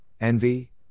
envy